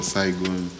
Saigon